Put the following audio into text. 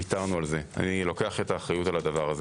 ויתרנו על זה ואני לוקח את האחריות על זה.